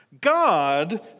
God